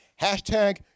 hashtag